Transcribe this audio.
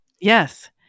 yes